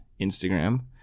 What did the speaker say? Instagram